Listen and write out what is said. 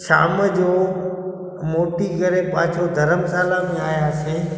शाम जो मोटी करे पंहिंजो धर्मशाला में आयासीं